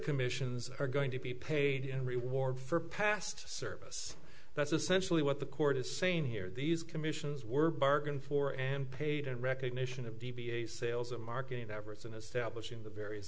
commissions are going to be paid in reward for past service that's essentially what the court is saying here these commissions were bargained for am paid in recognition of d b a sales and marketing efforts in establishing the various